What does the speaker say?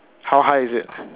how high is it